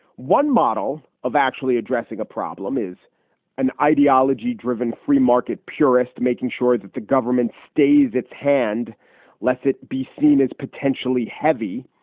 one model of actually addressing a problem is an ideology driven free market purist, making sure that the government stays its hand lets it be seen as potentially heavy.